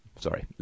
Sorry